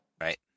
Right